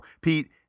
pete